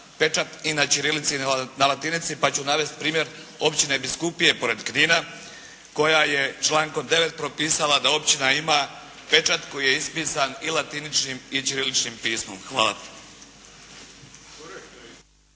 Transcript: pečat i na čirilici i na latinici pa ću navesti primjer općine biskupije pored Knina koja je člankom 9. propisala da općina ima pečat koji je ispisan i latiničnim i čiriličnim pismom. Hvala.